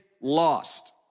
lost